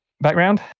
Background